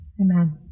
Amen